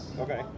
Okay